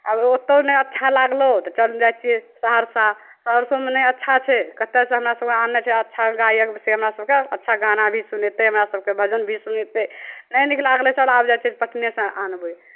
आब ओतहु नहि अच्छा लागलौ तऽ चल जाइ छियै सहरसा सहरसोमे नहि अच्छा छै कतयसँ हमरासभके आननाइ छै अच्छा गायक से हमरासभकेँ अच्छा गाना भी सुनेतै हमरासभकेँ भजन भी सुनेतै नहि नीक लागलै तऽ चल आब जाइ छियै पटनेसँ आनबै